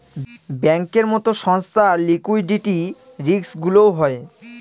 ব্যাঙ্কের মতো সংস্থার লিকুইডিটি রিস্কগুলোও হয়